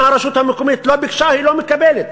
אם הרשות המקומית לא ביקשה, היא לא מקבלת.